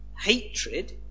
hatred